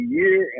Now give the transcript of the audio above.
year